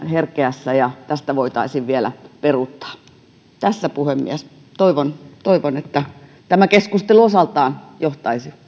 herkeässä ja että tästä voitaisiin vielä peruuttaa tässä puhemies toivon toivon että tämä keskustelu osaltaan johtaisi